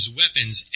weapons